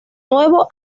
nuevo